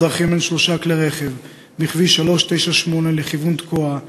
דרכים בין שלושה כלי רכב בכביש 398 לכיוון תקוע,